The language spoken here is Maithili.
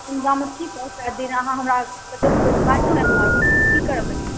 हम जामऽ छी तते दिन हमरा कतहुँ कतहुँ घुमाबितौ इमहर की करब बैस कऽ